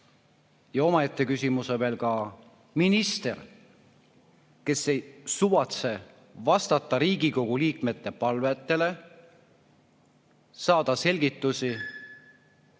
Omaette küsimus on veel minister, kes ei suvatse vastata Riigikogu liikmete palvetele saada selgitusi,